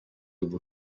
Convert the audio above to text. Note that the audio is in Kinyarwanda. buryo